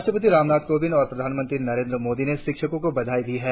राष्ट्रपति रामनाथ कोविंद और प्रधानमंत्री नरेंद्र मोदी ने शिक्षकों को बधाई दी है